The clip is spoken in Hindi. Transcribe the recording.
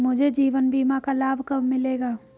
मुझे जीवन बीमा का लाभ कब मिलेगा?